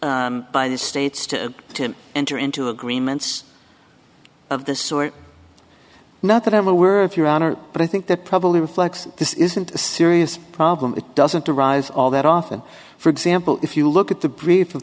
by the states to him enter into agreements of this sort not that i'm aware of your honor but i think that probably reflects this isn't a serious problem it doesn't arise all that often for example if you look at the br